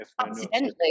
Accidentally